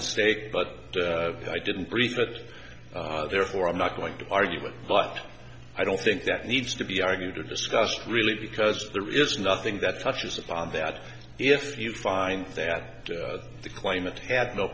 mistake but i didn't brief that therefore i'm not going to argue with but i don't think that needs to be argued or discussed really because there is nothing that touches upon that if he would find that the claimant had no